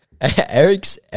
Eric's